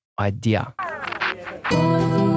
idea